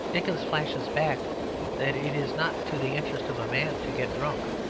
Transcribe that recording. dickens flashes back that it is not to the interest of a man to get drunk,